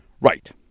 Right